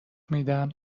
میدم